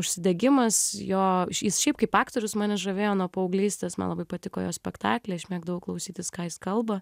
užsidegimas jo jis šiaip kaip aktorius mane žavėjo nuo paauglystės man labai patiko jo spektakliai aš mėgdavau klausytis ką jis kalba